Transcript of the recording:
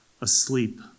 asleep